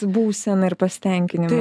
būseną ir pasitenkinimą